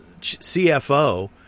CFO